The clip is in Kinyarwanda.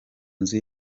nzu